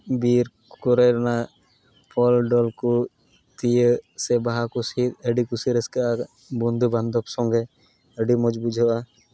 ᱵᱤᱨ ᱠᱚᱨᱮᱱᱟᱜ ᱯᱷᱚᱞᱼᱰᱚᱞ ᱠᱚ ᱛᱤᱭᱟᱹᱜ ᱥᱮ ᱵᱟᱦᱟ ᱠᱚ ᱥᱤᱫ ᱟᱹᱰᱤ ᱠᱩᱥᱤ ᱨᱟᱹᱥᱠᱟᱹ ᱟᱨ ᱵᱚᱱᱫᱷᱩ ᱵᱟᱱᱫᱷᱚᱵᱽ ᱥᱚᱝᱜᱮ ᱟᱹᱰᱤ ᱢᱚᱡᱽ ᱵᱩᱡᱷᱟᱹᱜᱼᱟ